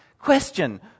Question